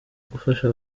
gufasha